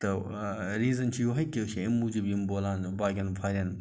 تہٕ ریٖزَن چھِ یِہوٚے کہِ أسۍ چھِ اَمہِ موٗجوٗب یِم بولان باقیَن فارٮ۪ن